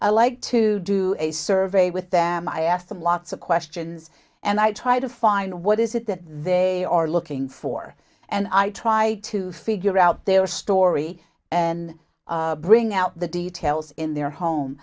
i like to do a survey with them i ask them lots of questions and i try to find what is it that they are looking for and i try to figure out their story and bring out the details in their home